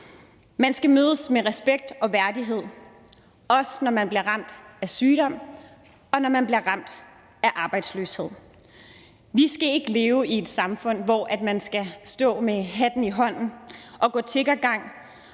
Man skal mødes med respekt og værdighed, også når man bliver ramt af sygdom, og når man bliver ramt af arbejdsløshed. Vi skal ikke leve i et samfund, hvor man skal stå med hatten i hånden og gå tiggergang